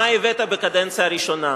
מה הבאת בקדנציה הראשונה.